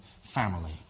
family